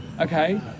okay